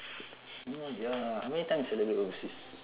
oh ya how many times celebrate overseas